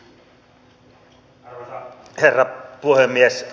arvoisa herra puhemies